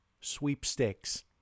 sweepstakes